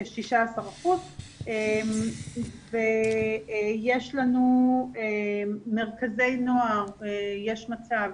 זה 16%. יש לנו מרכזי נוער "יש מצב"